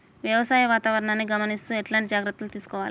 వ్యవసాయ వాతావరణాన్ని గమనిస్తూ ఎట్లాంటి జాగ్రత్తలు తీసుకోవాలే?